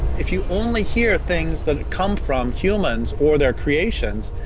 if you only hear things that come from humans or their creations,